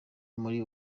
muri